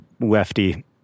lefty